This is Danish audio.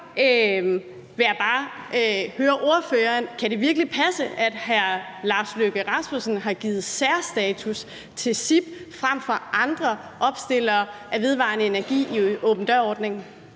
vil jeg bare høre ordføreren: Kan det virkelig passe, at udenrigsministeren har givet særstatus til CIP frem for andre opstillere af vedvarende energi i åben dør-ordningen?